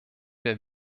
der